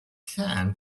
can